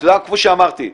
כמו שאמרתי,